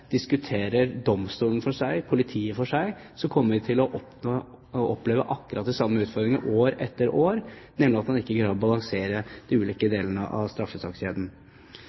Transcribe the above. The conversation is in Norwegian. diskuterer domstolen for seg og politiet for seg, kommer vi til å oppleve akkurat de samme utfordringene år etter år, nemlig at man ikke greier å balansere de ulike delene av straffesakskjeden.